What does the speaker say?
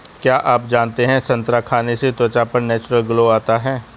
क्या आप जानते है संतरा खाने से त्वचा पर नेचुरल ग्लो आता है?